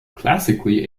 classically